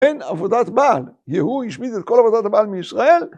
אין עבודת בעל. יהוא ישמיד את כל עבודת הבעל מישראל?